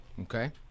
Okay